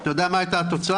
אתה יודע מה הייתה התוצאה?